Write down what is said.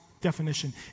definition